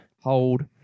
hold